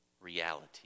reality